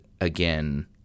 again